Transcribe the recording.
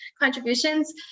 contributions